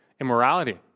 immorality